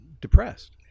depressed